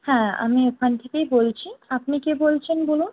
হ্যাঁ আমি ওখান থেকেই বলছি আপনি কে বলছেন বলুন